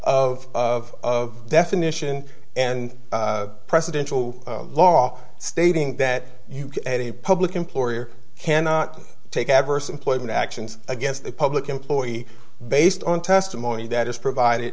of of of definition and presidential law stating that any public employer cannot take adverse employment actions against a public employee based on testimony that is provided